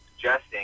suggesting